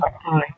Hi